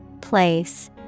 Place